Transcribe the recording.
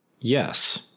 Yes